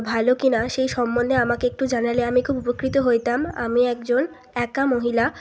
ভালো কি না সেই সম্বন্ধে আমাকে একটু জানালে আমি খুব উপকৃত হইতাম আমি একজন একা মহিলা